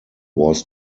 was